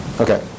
Okay